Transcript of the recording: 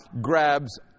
grabs